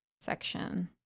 section